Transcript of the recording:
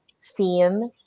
theme